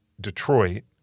Detroit